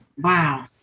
Wow